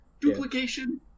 Duplication